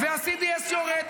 וה-CDS יורד,